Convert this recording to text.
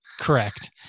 Correct